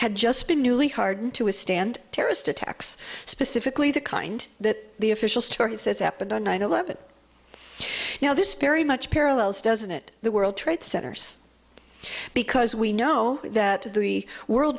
had just been newly hard to withstand terrorist attacks specifically the kind that the official story says happened on nine eleven now this very much parallels doesn't it the world trade centers because we know that three world